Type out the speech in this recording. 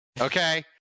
Okay